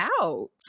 out